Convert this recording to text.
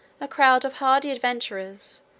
a crowd of hardy adventurers,